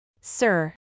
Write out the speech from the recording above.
Sir